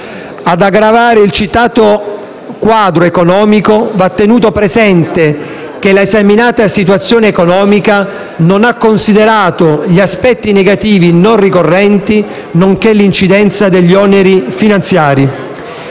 Ad aggravare il citato quadro economico, va tenuto presente che l'esaminata situazione economica non ha considerato gli aspetti negativi non ricorrenti, nonché l'incidenza degli oneri finanziari.